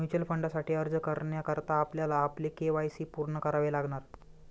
mutual फंडासाठी अर्ज करण्याकरता आपल्याला आपले के.वाय.सी पूर्ण करावे लागणार